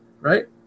right